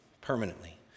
permanently